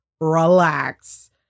Relax